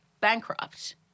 Bankrupt